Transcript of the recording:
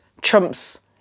trumps